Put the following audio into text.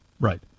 Right